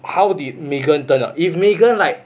how the megan turned out if megan like